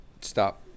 Stop